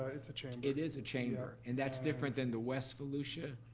ah it's a chamber. it is a chamber. and that's different than the west volusia